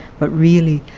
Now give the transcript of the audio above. but really,